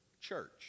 church